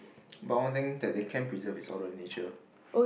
but one thing that the camp preserve is all the nature